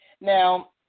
now